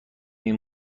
این